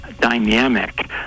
dynamic